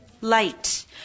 light